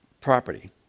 Property